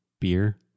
beer